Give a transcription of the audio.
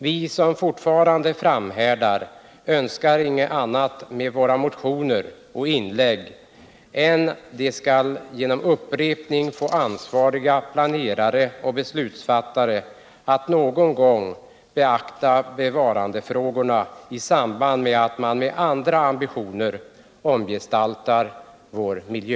Vi, som fortfarande framhärdar, önskar inget annat med våra motioner och inlägg än att vi genom upprepning av dessa skall få ansvariga planerare och beslutsfattare att någon gång beakta bevarandefrågorna i samband med att man med andra ambitioner omegestaltar vår miljö.